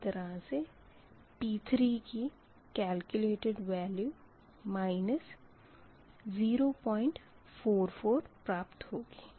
इसी तरह से P3 कलक्यूलेट्ड 044 प्राप्त होगी